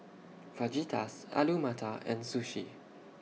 Fajitas Alu Matar and Sushi